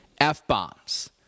F-bombs